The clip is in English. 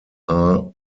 are